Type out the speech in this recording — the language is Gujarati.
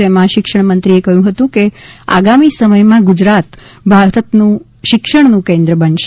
જેમાં શિક્ષણમંત્રીએ કહ્યું હતું કે આગામી સમયમાં ગુજરાત ભારતનું શિક્ષણનું કેન્દ્ર બનશે